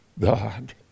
God